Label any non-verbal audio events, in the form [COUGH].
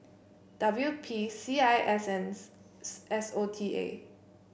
W P C I S and [UNINTELLIGIBLE] S O T A